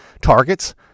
targets